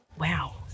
Wow